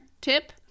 tip